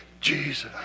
Jesus